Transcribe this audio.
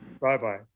Bye-bye